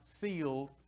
sealed